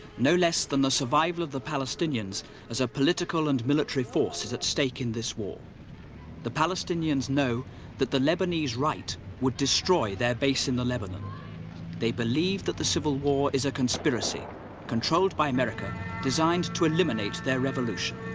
no less than the survival of the palestinians as a political and military force is at stake in this the palestinians know that the lebanese right would destroy their base in the lebanon they believed that the civil war is a conspiracy controlled by america designed to eliminate their revolution